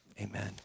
Amen